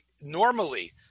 normally